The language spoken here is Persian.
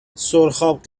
سرخاب